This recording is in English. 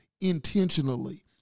intentionally